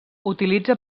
utilitza